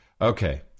Okay